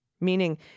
meaning